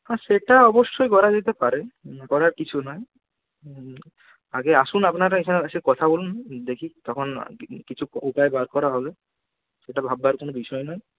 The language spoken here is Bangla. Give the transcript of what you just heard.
হ্যাঁ সেটা অবশ্যই করা যেতে পারে না করার কিছু নয় আগে আসুন আপনারা এখানে এসে কথা বলুন দেখি তখন কিছু উপায় বার করা হবে সেটা ভাববার কোনো বিষয় নয়